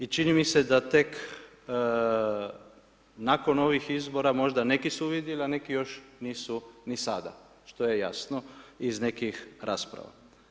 I čini mi se da tek nakon ovih izbora možda neki su uvidjeli, a neki još nisu ni sada što je jasno iz nekih rasprava.